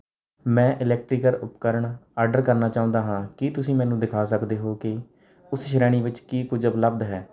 ਮੈਂ ਇਲੈਕਟ੍ਰੀਕਲ ਉਪਕਰਨ ਆਰਡਰ ਕਰਨਾ ਚਾਹੁੰਦਾ ਹਾਂ ਕੀ ਤੁਸੀਂ ਮੈਨੂੰ ਦਿਖਾ ਸਕਦੇ ਹੋ ਕਿ ਉਸ ਸ਼੍ਰੇਣੀ ਵਿੱਚ ਕੀ ਕੁਝ ਉਪਲੱਬਧ ਹੈ